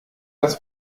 das